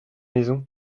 maison